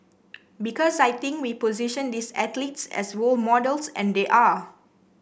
because I think we position these athletes as role models and they are